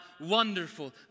wonderful